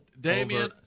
Damian